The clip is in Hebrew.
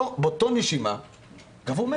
שפרסם את ההנחיות,